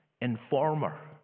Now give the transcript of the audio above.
informer